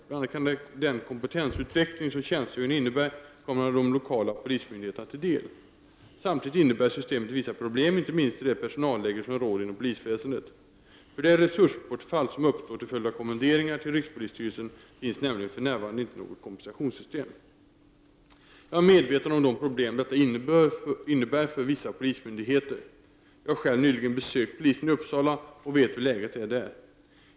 Bl.a. kan den kompetensutveckling som tjänstgöringen innebär komma de lokala polismyndigheterna till del. Samtidigt innebär systemet vissa problem, inte minst i det personalläge som råder inom polisväsendet. För det resursbortfall som uppstår till följd av kommenderingar till rikspolisstyrelsen finns nämligen för närvarande inte något kompensationssystem. Jag är medveten om de problem detta innebär för vissa polismyndigheter. Jag har själv nyligen besökt polisen i Uppsala och vet hur läget är där.